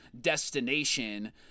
destination